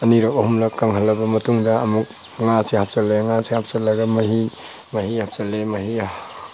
ꯑꯅꯤꯔꯛ ꯑꯍꯨꯝꯂꯛ ꯀꯪꯍꯟꯂꯕ ꯃꯇꯨꯡꯗ ꯑꯃꯨꯛ ꯉꯥꯁꯤ ꯍꯥꯞꯆꯤꯟꯂꯦ ꯉꯥꯁꯤ ꯍꯥꯞꯆꯟꯂꯒ ꯃꯍꯤ ꯃꯍꯤ ꯍꯥꯞꯆꯤꯟꯂꯦ ꯃꯍꯤ